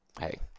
Hey